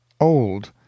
Old